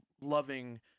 loving